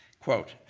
quote,